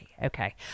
Okay